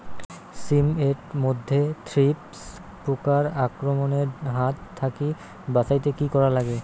শিম এট মধ্যে থ্রিপ্স পোকার আক্রমণের হাত থাকি বাঁচাইতে কি করা লাগে?